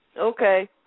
Okay